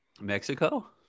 Mexico